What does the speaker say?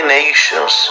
nations